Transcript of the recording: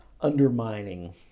undermining